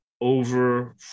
over